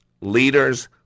Leaders